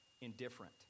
indifferent